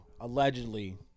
allegedly